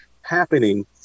happening